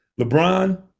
LeBron